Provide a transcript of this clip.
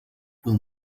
will